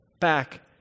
back